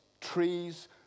Trees